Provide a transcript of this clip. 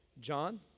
John